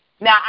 Now